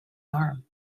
arm